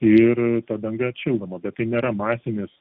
ir ta danga atšildoma bet tai nėra masinis